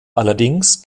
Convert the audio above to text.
allerdings